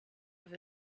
with